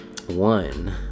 One